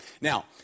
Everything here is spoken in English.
Now